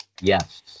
Yes